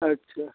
अच्छा